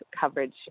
Coverage